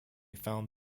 found